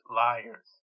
liars